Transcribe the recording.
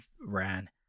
ran